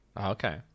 Okay